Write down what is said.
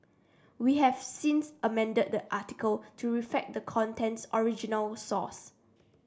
we have since amended the article to reflect the content's original source